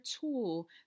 tool